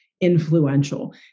influential